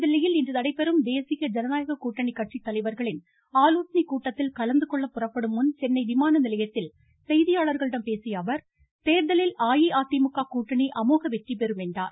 புதுதில்லியில் இன்று நடைபெறும் தேசிய ஜனநாயக கூட்டணி கட்சி தலைவர்களின் ஆலோசனை கூட்டத்தில் கலந்துகொள்ள புறப்படும் முன் சென்னை விமான நிலையத்தில் செய்தியாளரிடம் பேசிய அவர் தேர்தலில் அஇஅதிமுக கூட்டணி அமோக வெற்றி பெறும் என்றார்